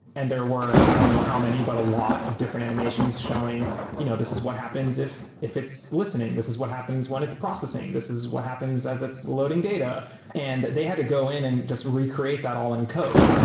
and there were i don't know how many, but a lot of different animations showing you know this is what happens if if it's listening, this is what happens when it's processing, this is what happens as it's loading data and they had to go in and just recreate that all in code.